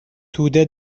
توده